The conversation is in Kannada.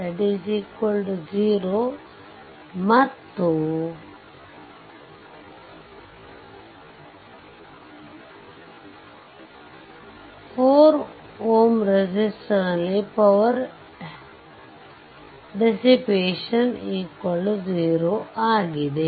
0 ಮತ್ತು 4 Ω resistor ನಲ್ಲಿ ಪವರ್ ಡೆಸಿಪೇಷನ್0 ಆಗಿದೆ